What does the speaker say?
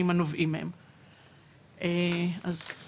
קודם כל,